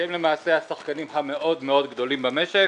שהם למעשה השחקנים המאוד מאוד גדולים במשק,